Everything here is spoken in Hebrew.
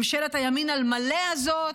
ממשלת הימין על מלא הזאץ,